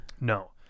No